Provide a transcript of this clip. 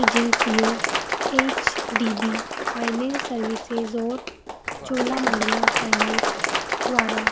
एजेंसियों H D B finance services और Cholamandalam finance द्वारा